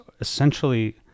essentially